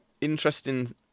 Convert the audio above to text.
interesting